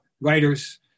writers